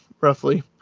roughly